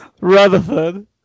rutherford